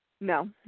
No